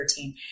13